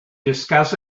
discuss